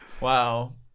Wow